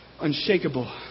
unshakable